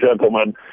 gentlemen